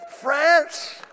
France